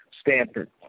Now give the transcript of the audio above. Stanford